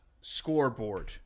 scoreboard